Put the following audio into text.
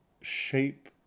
shape